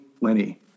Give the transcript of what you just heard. Lenny